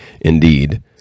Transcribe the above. indeed